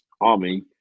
army